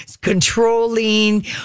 controlling